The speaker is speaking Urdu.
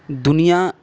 دنیا